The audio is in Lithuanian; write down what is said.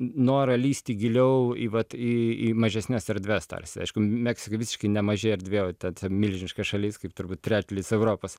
norą lįsti giliau į vat į į mažesnes erdves tarsi aišku meksika visiški nemaži erdvė o ta tiesiog milžiniška šalis kaip turbūt trečdalis europos